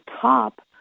top